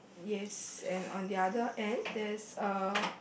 yes and on the other end there's a